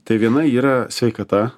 tai viena yra sveikata